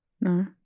no